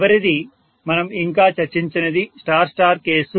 చివరిది మనం ఇంకా చర్చించనిది స్టార్ స్టార్ కేసు